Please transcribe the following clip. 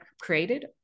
created